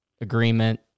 agreement